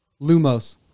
lumos